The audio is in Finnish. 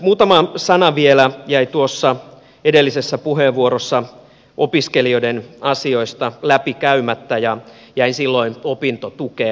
muutama sana vielä jäi tuossa edellisessä puheenvuorossa opiskelijoiden asioista läpikäymättä ja jäin silloin opintotukeen